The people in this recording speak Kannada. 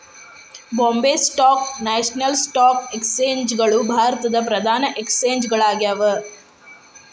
Bombay stock national stock exchange ಗಳು ಭಾರತದ್ ಪ್ರಧಾನ ಎಕ್ಸ್ಚೇಂಜ್ ಗಳಾಗ್ಯಾವ